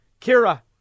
Kira